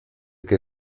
que